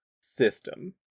system